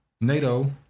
NATO